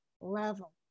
level